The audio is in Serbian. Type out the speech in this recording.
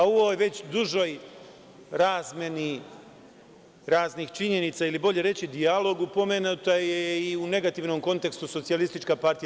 Ovoj već dužoj razmeni raznih činjenica ili bolje reći dijalogu pomenuta i u negativnom kontekstu SPS.